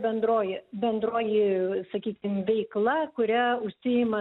bendroji bendroji sakykim veikla kuria užsiima